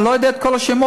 אני לא יודע את כל השמות,